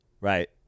right